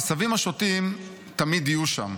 העשבים השוטים תמיד יהיו שם.